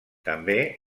també